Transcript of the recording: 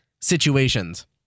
situations